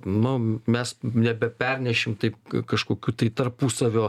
nu mes nebepernešim taip kažkokių tai tarpusavio